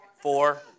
four